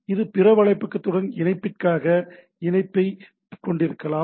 இது பிற வலைப்பக்கத்துடன் இணைப்பிற்கான இணைப்பைக் கொண்டிருக்கலாம்